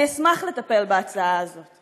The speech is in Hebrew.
אני אשמח לטפל בהצעה הזאת